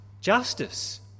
Justice